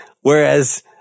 Whereas